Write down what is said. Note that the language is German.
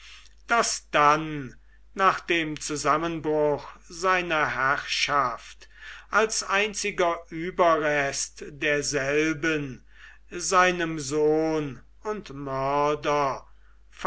das dann nach dem zusammenbruch seiner herrschaft als einziger überrest derselben seinem sohn und